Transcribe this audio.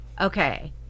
Okay